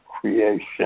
creation